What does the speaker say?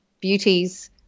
beauties